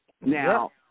Now